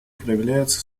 проявляется